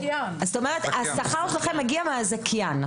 זאת אומרת שהשכר שלכם מגיע מהזכיין,